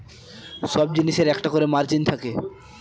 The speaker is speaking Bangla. সব জিনিসের একটা করে মার্জিন থাকে